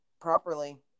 properly